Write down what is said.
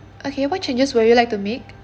okay what changes would you like to make